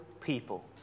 people